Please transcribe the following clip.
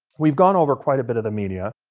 we've gone over quite a bit of the media.